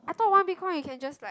I thought one bitcoin you can just like